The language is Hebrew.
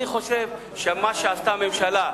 אני חושב שמה שעשתה הממשלה,